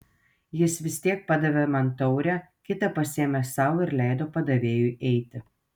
jis vis tiek padavė man taurę kitą pasiėmė sau ir leido padavėjui eiti